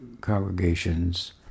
congregations